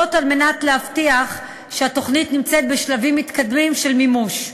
וזאת על מנת להבטיח שהתוכנית נמצאת בשלבים מתקדמים של מימוש.